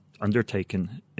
undertaken